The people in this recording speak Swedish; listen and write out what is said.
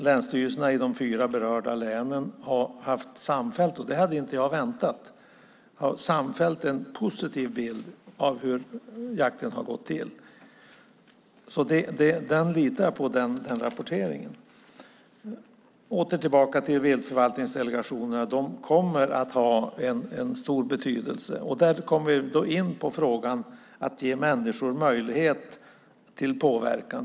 Länsstyrelserna i de fyra berörda länen har samfällt - och det hade jag inte väntat mig - haft en positiv bild av hur jakten har gått till. Den rapporteringen litar jag på. Viltförvaltningsdelegationerna kommer att ha stor betydelse. Därmed kommer vi in på frågan att människor ska ges möjlighet till påverkan.